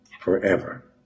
forever